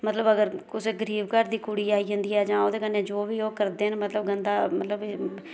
मतलब अगर कुसै गरीब घर दी कुड़ी आई जंदी जां ओहदे कन्नै जो बी ओह् करदे ना मतलब गंदा मतलब एह्